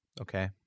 Okay